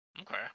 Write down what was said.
Okay